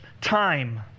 time